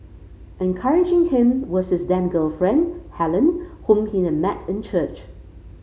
encouraging him was his then girlfriend Helen whom he had met in church